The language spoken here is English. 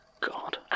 God